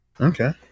Okay